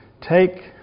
take